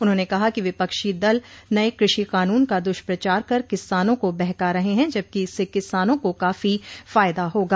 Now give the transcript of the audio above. उन्होंने कहा कि विपक्षी दल नये कृषि कानून का द्रुष्प्रचार कर किसानों को बहका रहे हैं जबकि इससे किसानों को काफी फायदा होगा